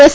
S